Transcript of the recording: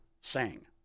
sang